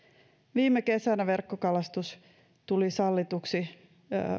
viime kesänä verkkokalastus tuli sallituksi